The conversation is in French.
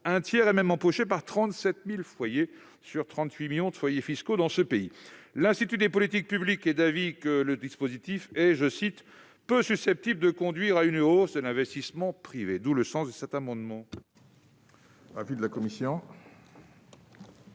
un tiers étant même empoché par 37 000 foyers, sur 38 millions de foyers fiscaux que compte notre pays. L'Institut des politiques publiques est d'avis que le dispositif est « peu susceptible de conduire à une hausse de l'investissement privé ». Tel est le sens de cet amendement.